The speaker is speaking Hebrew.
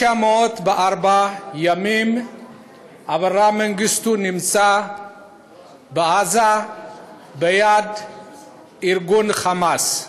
904 ימים אברה מנגיסטו נמצא בעזה בידי ארגון "חמאס".